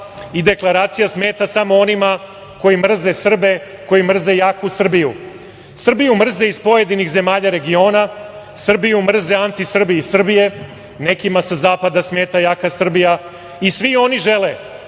i deklaracija smeta onima koji mrze Srbe, koji mrze jaku Srbiju. Srbiju mrze iz pojedinih zemalja regiona, Srbiju mrze antisrbi iz Srbije, nekima sa zapada smeta jaka Srbija. Svi oni žele